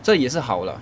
这也是好 lah